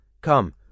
Come